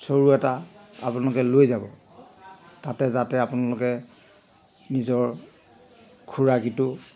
চৰু এটা আপোনালোকে লৈ যাব তাতে যাতে আপোনালোকে নিজৰ খুৰাকীটো